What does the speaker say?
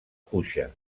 cuixa